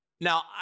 Now